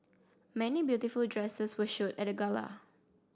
many beautiful dresses were show at the gala